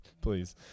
please